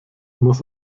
muss